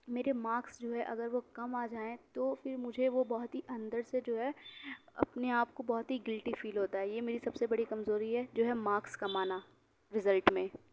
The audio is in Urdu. میرے ماکس جو ہے اگر وہ کم آ جائیں تو پھر مجھے وہ بہت ہی اندر سے جو ہے اپنے آپ کو بہت ہی گلٹی فیل ہوتا ہے یہ میری سب سے بڑی کمزوری ہے جو ہے ماکس کم آنا رزلٹ میں